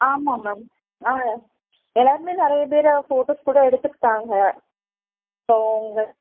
ஆமாம் மேம் ஆ எல்லாேருமே நிறைய பேர் ஃபோட்டோஸ் கூட எடுத்துக்கிட்டாங்க ஸோ உங்கள்